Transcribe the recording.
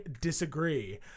disagree